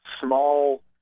small